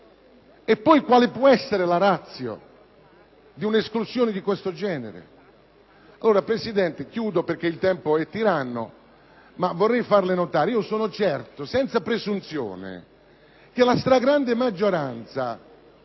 Quale può essere la *ratio* di un'esclusione di questo genere?